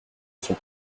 sont